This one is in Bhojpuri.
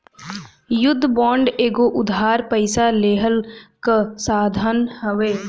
युद्ध बांड एगो उधार पइसा लेहला कअ साधन हवे